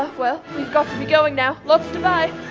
well, we've got to be going now. lots to buy.